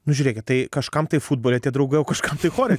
nu žiūrėkit tai kažkam tai futbole tie draugai o kažkam tai chore